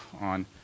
on